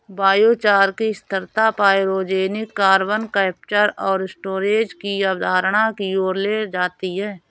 biochar की स्थिरता pyrogenic carbon capture और स्टोरेज की अवधारणा की ओर ले जाती है